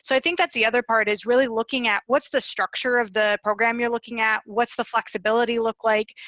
so i think that's the other part is really looking at what's the structure of the program you're looking at, what's the flexibility look like?